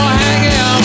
hanging